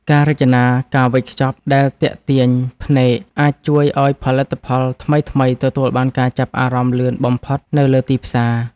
ការរចនាការវេចខ្ចប់ដែលទាក់ទាញភ្នែកអាចជួយឱ្យផលិតផលថ្មីៗទទួលបានការចាប់អារម្មណ៍លឿនបំផុតនៅលើទីផ្សារ។